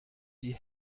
die